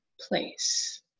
place